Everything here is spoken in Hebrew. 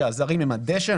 שהזרים הם הדשן,